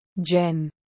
Jen